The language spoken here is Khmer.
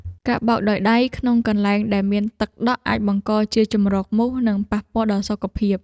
ការបោកដោយដៃក្នុងកន្លែងដែលមានទឹកដក់អាចបង្កជាជម្រកមូស និងប៉ះពាល់ដល់សុខភាព។